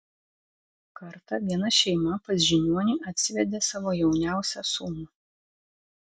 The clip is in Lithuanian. kartą viena šeima pas žiniuonį atsivedė savo jauniausią sūnų